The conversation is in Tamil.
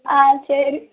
ஆ சரி